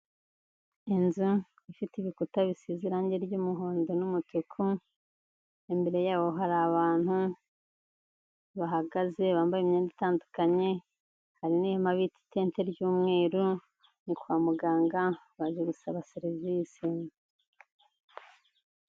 Inzu ifite ibikuta bisize irangi ry'umuhondo n'umutuku, imbere yaho hari abantu bahagaze bambaye imyenda itandukanye, hari n'ihema bita itente ry'umweru ni kwa muganga baje gusaba serivisi.